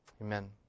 amen